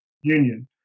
Union